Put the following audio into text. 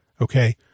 Okay